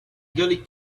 gully